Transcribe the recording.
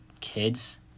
kids